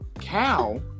Cow